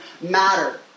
matter